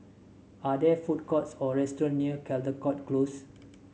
are there food courts or restaurant near Caldecott Close